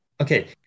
okay